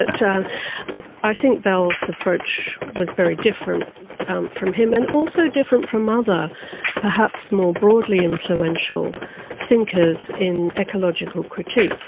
ah so i think val's approach was very different from him, and also different from other perhaps more broadly influential thinkers in ecological critique.